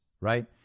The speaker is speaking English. right